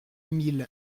mille